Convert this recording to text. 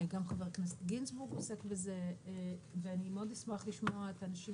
גם חבר הכנסת גינזבורג עוסק בזה ואני מאוד אשמח לשמוע את האנשים